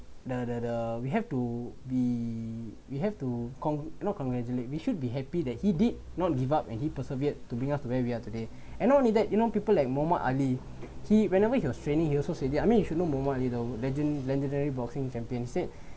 the the the we have to be we have to cong~ not congratulate we should be happy that he did not give up and he persevered to bring us to where we are today and not only that you know people like muhammad ali he whenever he was training he also said it I mean you should know muhammad ali the legend legendary boxing champion he said